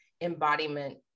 embodiment